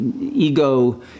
ego